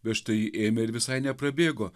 bet štai ėmė ir visai neprabėgo